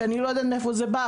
שאני לא יודעת מאיפה זה בא,